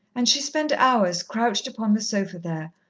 and she spent hours crouched upon the sofa there,